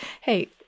hey